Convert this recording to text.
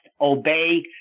obey